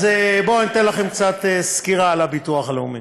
אז בואו אני אתן לכם קצת סקירה על הביטוח הלאומי.